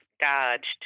dodged